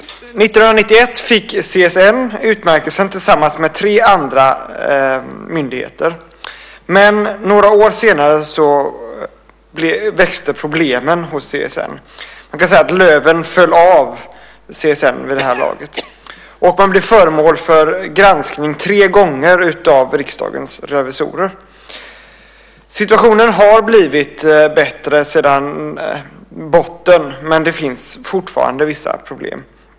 1991 fick CSN utmärkelsen tillsammans med tre andra myndigheter. Men några år senare växte problem på CSN. Man kan säga att löven föll av CSN vid det laget. Man blev föremål för granskning tre gånger av Riksdagens revisorer. Situationen har blivit bättre sedan botten men det finns fortfarande vissa problem.